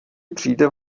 přijde